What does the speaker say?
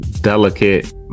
delicate